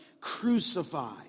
crucified